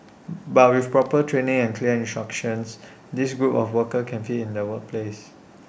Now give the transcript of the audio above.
but with proper training and clear instructions this group of workers can fit in the workplace